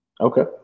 Okay